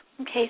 Okay